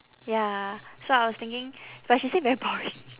ya so I was thinking but she say very boring